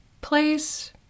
place